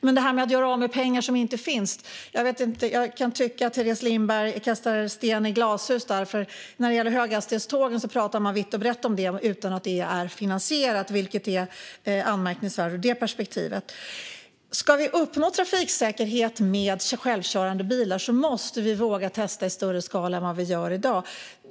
När det gäller att göra av med pengar som inte finns kan jag tycka att Teres Lindberg kastar sten i glashus. Man pratar ju vitt och brett om höghastighetstågen utan att det är finansierat, vilket är anmärkningsvärt ur det perspektivet. Ska vi uppnå trafiksäkerhet med självkörande bilar måste vi våga testa i större skala än vad vi gör i dag.